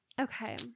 okay